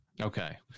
Okay